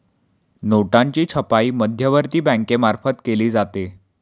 नोटांची छपाई मध्यवर्ती बँकेमार्फत केली जाते